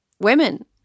women